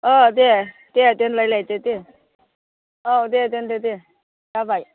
औ दे दे दोनलायलायदो दे औ दे दोनदो दे जाबाय